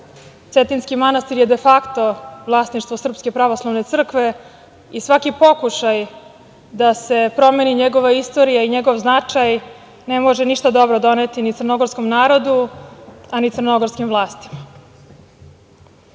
Cetinjski manastir je defakto vlasništvo SPC i svaki pokušaj da se promeni njegova istorija i njegov značaj ne može ništa dobro doneti ni crnogorskom narodu, a ni crnogorskim vlastima. Mi